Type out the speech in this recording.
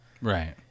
right